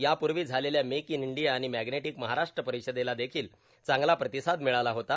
यापूर्वी झालेल्या make in India आणि मॅग्नेटिक महाराष्ट्र परिषदेला देखील चांगला प्रतिसाद मिळाला होता